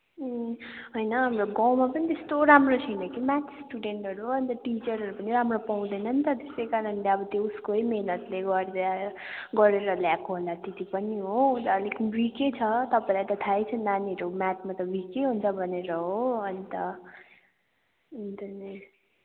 अँ होइन हाम्रो गाउँमा पनि त्यस्तो राम्रो छैन कि म्याथ स्टुडेन्टहरू अनि त टिचरहरू पनि राम्रो पाउँदैन नि त त्यसै कारणले अब त्यो उसकै मिहिनेतले गर्दा गरेर ल्याएको होला त्यति पनि हो अलिक विकै छ तपाईँलाई त थाहै छ नानीहरू म्याथमा त विकै हुन्छ भनेर हो अनि त इन्टरनेट